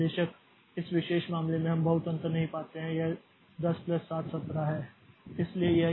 बेशक इस विशेष मामले में हम बहुत अंतर नहीं पाते हैं यह 10 प्लस 7 17 है